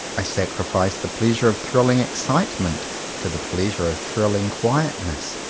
i sacrifice the pleasure of thrilling excitement to the pleasure of thrilling quietness,